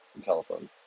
telephone